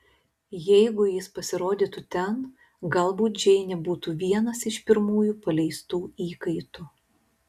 jeigu jis pasirodytų ten galbūt džeinė būtų vienas iš pirmųjų paleistų įkaitų